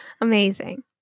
Amazing